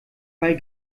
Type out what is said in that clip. bei